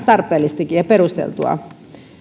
tarpeellistakin ja perusteltua